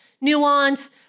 nuance